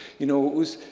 you know, it was